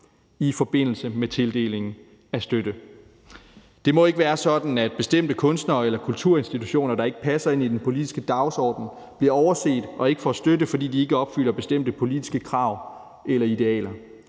i forbindelse med tildeling af støtte. Det må ikke være sådan, at bestemte kunstnere eller kulturinstitutioner, der ikke passer ind i den politiske dagsorden, bliver overset og ikke får støtte, fordi de ikke opfylder bestemte politiske krav eller idealer.